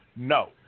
No